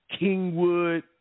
Kingwood